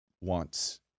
wants